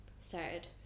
started